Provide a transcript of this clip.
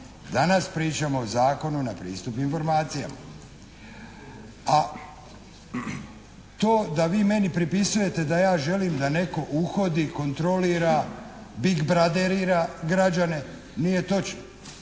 Danas pričamo o Zakonu na pristup informacijama. A to da vi meni pripisujete da ja želim da netko uhodi, kontrolira, bigbrotherira građane nije točno.